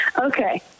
Okay